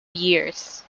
years